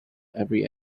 every